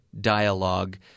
dialogue